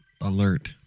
alert